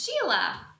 Sheila